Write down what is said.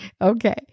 okay